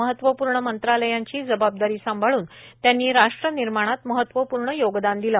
महत्वपूर्ण मंत्रालयांची जबाबदारी सांभाळून त्यांनी राष्ट्र निर्माणात महत्वपूर्ण योगदान दिलं